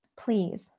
Please